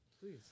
Please